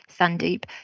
Sandeep